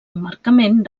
emmarcament